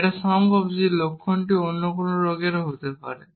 এটা সম্ভব যে লক্ষণটি অন্য কোনও রোগের কারণেও হতে পারে